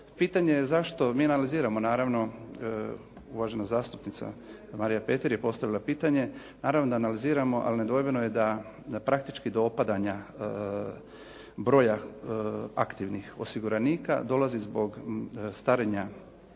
pitanje je zašto mi analiziramo. Naravno, uvažena zastupnica Marija Petir je postavila pitanje, naravno da analiziramo, ali nedvojbeno je da praktički do opadanja broja aktivnih osiguranika dolazi zbog starenja